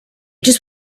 just